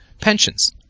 pensions